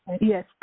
Yes